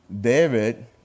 David